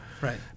Right